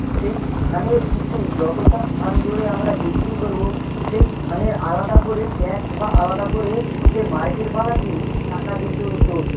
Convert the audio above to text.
সেই স্থানের কিছু যতটা স্থান জুড়ে আমরা বিক্রি করবো সেই স্থানের আলাদা করে ট্যাক্স বা আলাদা করে সেই মার্কেটওয়ালাকে টাকা দিতে হতো